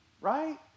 Right